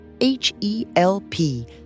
H-E-L-P